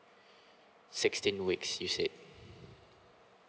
sixteen weeks you said